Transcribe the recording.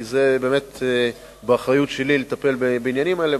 כי זו באמת האחריות שלי לטפל בעניינים האלה.